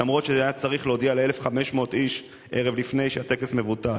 למרות שהיה צריך להודיע ל-1,500 איש ערב לפני שהטקס מבוטל.